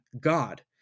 God